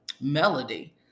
Melody